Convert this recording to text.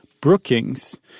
Brookings